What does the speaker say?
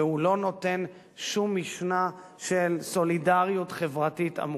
והוא לא נותן שום משנה של סולידריות חברתית עמוקה.